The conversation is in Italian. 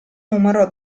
numero